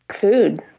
food